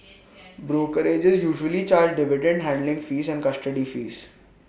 brokerages usually charge dividend handling fees and custody fees